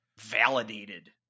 validated